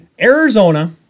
Arizona